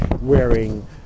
wearing